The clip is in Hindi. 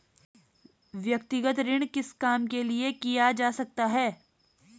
व्यक्तिगत ऋण किस काम के लिए किया जा सकता है?